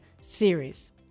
series